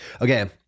okay